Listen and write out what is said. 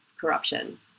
corruption